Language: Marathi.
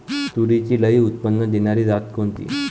तूरीची लई उत्पन्न देणारी जात कोनची?